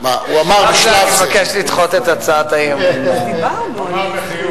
לכן אתה מבקש לדחות את הצעת האי-אמון בשלב זה.